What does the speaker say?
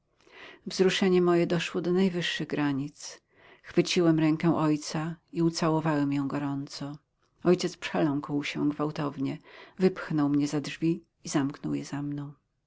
wzruszenie moje doszło do najwyższych granic chwyciłem rękę ojca i ucałowałem ją gorąco ojciec przeląkł się gwałtownie wypchnął mnie za drzwi i zamknął je za mną